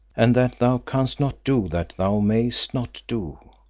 and that thou canst not do, that thou mayest not do,